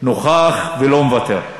נוכח ולא מוותר.